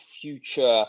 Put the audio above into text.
future